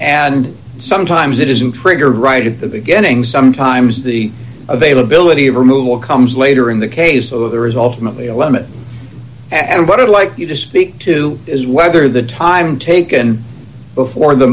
and sometimes it isn't trigger right at the beginning sometimes the availability of removal comes later in the case of the result and what i'd like you to speak to is whether the time taken before the